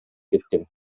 кеткен